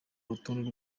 rutonde